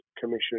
Commission